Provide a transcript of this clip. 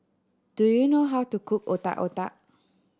do you know how to cook Otak Otak